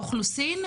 האוכלוסין,